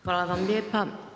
Hvala vam lijepa.